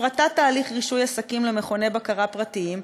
הפרטת תהליך רישוי עסקים למכוני בקרה פרטיים,